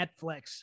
Netflix